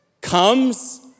comes